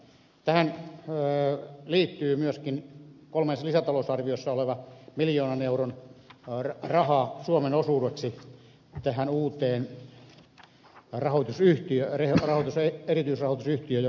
tähän liittyy myöskin kolmannessa lisätalousarviossa oleva miljoonan euron raha suomen osuudeksi tähän uuteen erityisrahoitusyhtiöön joka perustetaan